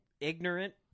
ignorant